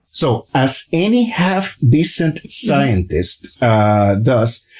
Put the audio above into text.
so, as any half-decent scientist ah does,